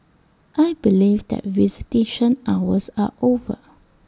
I believe that visitation hours are over